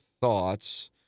thoughts